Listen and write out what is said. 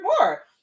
more